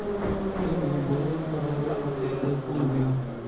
एमे बोरिंग करावे खातिर पईसा मिलेला